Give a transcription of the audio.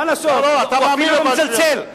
מה לעשות, הוא אפילו לא מצלצל.